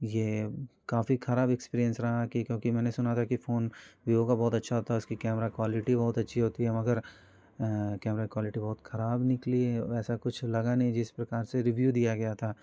ये काफ़ी ख़राब एक्सपीरियंस रहा कि क्योंकि मैंने सुना था कि फ़ोन विवो का बहुत अच्छा था उसकी कैमरा क्वालिटी बहुत अच्छी होती है मगर कैमरा क्वालटी बहुत ख़राब निकली है वैसा कुछ लगा नहीं जिस प्रकार से रिव्यु दिया गया था